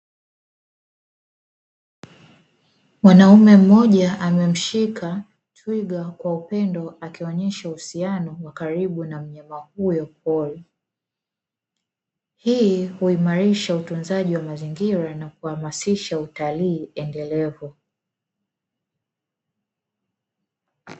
Mwanaume mmoja amemshika twiga kwa upendo, akionyesha uhusiano wa karibu na mnyama huyo pori. Hii huimarisha utunzaji wa mazingira na kuhamasisha utalii endelevu.